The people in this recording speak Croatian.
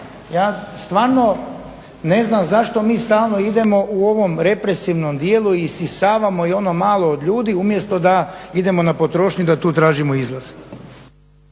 Ja stvarno ne znam zašto mi stalno idemo u ovom represivnom dijelu isisavamo i ono malo od ljudi umjesto da idemo na potrošnju i da tu tražimo izlaz.